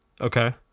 Okay